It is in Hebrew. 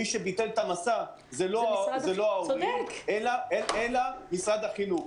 מי שביטל את המסע זה לא ההורים אלא משרד החינוך.